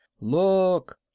Look